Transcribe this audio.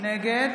נגד